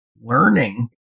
learning